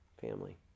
family